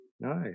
Nice